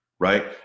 Right